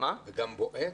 גם בועט?